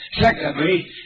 Secondly